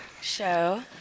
show